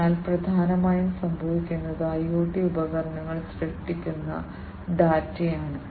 അതിനാൽ പ്രധാനമായും സംഭവിക്കുന്നത് IoT ഉപകരണങ്ങൾ സൃഷ്ടിക്കുന്ന ഡാറ്റയാണ്